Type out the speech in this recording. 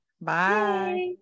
Bye